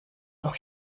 auch